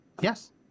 yes